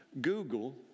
Google